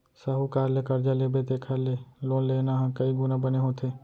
साहूकार ले करजा लेबे तेखर ले लोन लेना ह कइ गुना बने होथे